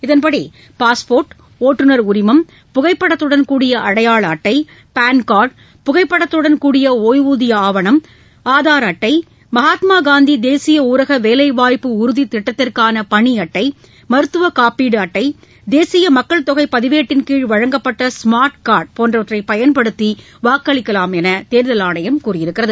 இதன்படி பாஸ்போர்ட் ஓட்டுநர் உரிமம் புகைப்படத்துடன் கூடிய அடையாள அட்டை பான் கார்டு புகைப்படத்துடன் கூடிய இய்வூதிய ஆவணம் ஆதார் அட்டை மகாத்மாகாந்தி தேசிய ஊரக வேலைவாய்ப்பு உறதித்திட்டத்திற்கான பணி அட்டை மருத்துவக் காப்பீடு அட்டை தேசிய மக்கள் தொகை பதிவேட்டின் கீழ் வழங்கப்பட்ட ஸ்மார்ட் கார்டு போன்றவற்றை பயன்படுத்தி வாக்களிக்கலாம் என்று தேர்தல் ஆணையம் கூறியுள்ளது